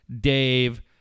Dave